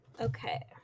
okay